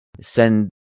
send